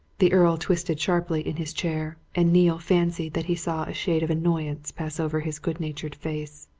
the earl twisted sharply in his chair, and neale fancied that he saw a shade of annoyance pass over his good-natured face.